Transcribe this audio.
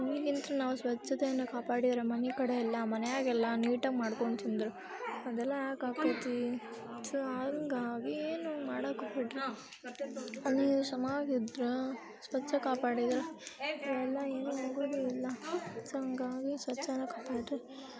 ಈಗಂತು ನಾವು ಸ್ವಚ್ಛತೆಯನ್ನು ಕಾಪಾಡಿದ್ರೆ ಮನೆ ಕಡೆಯೆಲ್ಲ ಮನೇಗೆಲ್ಲ ನೀಟಾಗಿ ಮಾಡ್ಕೋಂಡ್ ತಿಂದ್ರೆ ಅದೆಲ್ಲ ಯಾಕೆ ಆಕೈತೀ ಸೊ ಹಾಗಾಗಿ ಏನೂ ಮಾಡಕ್ಕೆ ಹೋಗಬೇಡ್ರಿ ಅಲ್ಲಿಯ ಶಮಾಗಿದ್ರ ಸ್ವಚ್ಛ ಕಾಪಾಡಿದ್ರೆ ಸೊ ಎಲ್ಲ ಏನೂ ಆಗೋದೇ ಇಲ್ಲ ಸೊ ಹಾಗಾಗಿ ಸ್ವಚ್ಛಾನ ಕಾಪಾಡಿರಿ